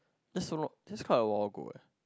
that's not that's kind of war go eh